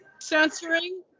censoring